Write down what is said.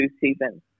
season